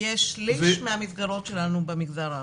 יש לי למסגרות שלנו במגזר הערבי.